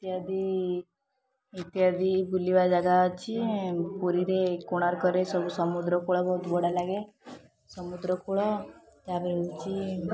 ଇତ୍ୟାଦି ଇତ୍ୟାଦି ବୁଲିବା ଜାଗା ଅଛି ପୁରୀରେ କୋଣାର୍କରେ ସବୁ ସମୁଦ୍ରକୂଳ ବହୁତ ବଢ଼ିଆଲାଗେ ସମୁଦ୍ରକୂଳ ତାପରେ ହେଉଛି